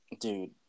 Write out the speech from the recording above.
dude